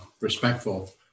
respectful